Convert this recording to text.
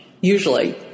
usually